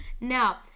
Now